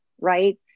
right